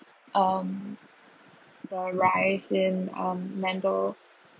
um the rise in um mental